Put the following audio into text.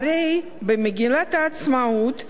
הרי במגילת העצמאות נרשם: